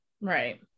right